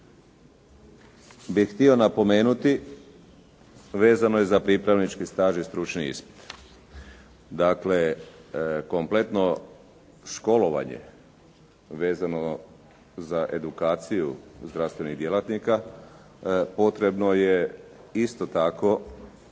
bi htio napomenuti vezano je za pripravnički staž i stručni ispit. Dakle kompletno školovanje vezano za edukaciju zdravstvenih djelatnika potrebno je isto tako